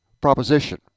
proposition